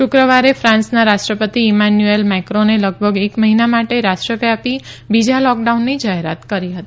શુક્રવારે ફાંસના રાષ્ટ્રપતિ ઇમાનુએલ મેક્રોને લગભગ એક મહિના માટે રાષ્ટ્રવ્યાપી બીજા લોકડાઉનની જાહેરાત કરી હતી